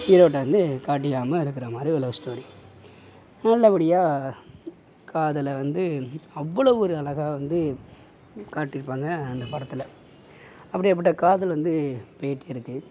ஹீரோகிட்ட வந்து காட்டிக்காமல் இருக்கிறா மாதிரி ஒரு லவ் ஸ்டோரி நல்லபடியாக காதலை வந்து அவ்வளோ ஒரு அழகாக வந்து காட்டியிருப்பாங்க அந்த படத்தில் அப்படியாப்பட்ட காதல் வந்து போயிட்டுருக்கு